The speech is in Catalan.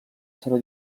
seva